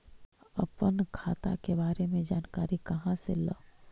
अपन खाता के बारे मे जानकारी कहा से ल?